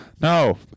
no